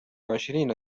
عشرين